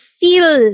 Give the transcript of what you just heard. feel